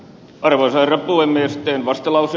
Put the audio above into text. arvoisa herra tulemme sitten vastalause